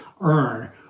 earn